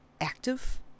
active